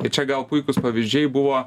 ir čia gal puikūs pavyzdžiai buvo